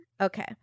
Okay